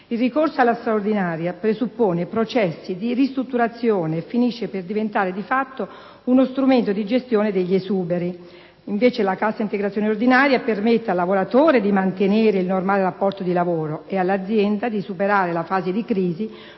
integrazione straordinaria presuppone processi di ristrutturazione e finisce per diventare, di fatto, uno strumento di gestione degli esuberi, mentre la Cassa integrazione ordinaria permette al lavoratore di mantenere il normale rapporto di lavoro e all'azienda di superare la fase di crisi,